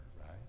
right